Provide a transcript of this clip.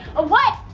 a what?